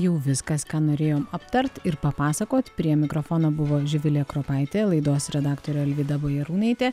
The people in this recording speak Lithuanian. jau viskas ką norėjom aptart ir papasakot prie mikrofono buvo živilė kropaitė laidos redaktorė alvyda bajarūnaitė